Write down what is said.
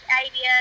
ideas